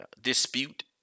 dispute